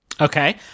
Okay